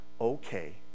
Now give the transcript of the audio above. okay